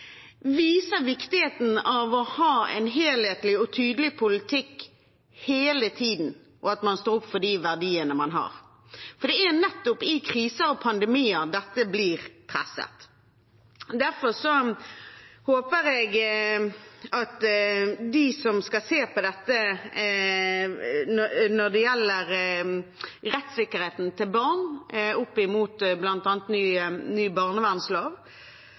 viser viktigheten av å ha en helhetlig og tydelig politikk hele tiden og at man står opp for de verdiene man har, for det er nettopp i kriser og pandemier dette blir presset. Derfor håper jeg at de som skal se på dette når det gjelder rettssikkerheten til barn opp mot bl.a. ny